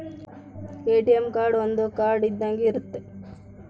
ATM card ಒಂದ್ card ಇದ್ದಂಗೆ ಇರುತ್ತೆ